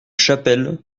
chapelle